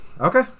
Okay